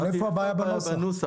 מה הבעיה בנוסח?